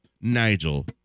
Nigel